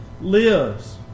lives